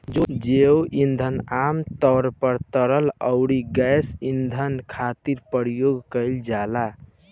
जैव ईंधन आमतौर पर तरल अउरी गैस ईंधन खातिर प्रयोग कईल जाला